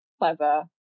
clever